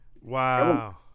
wow